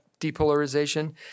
depolarization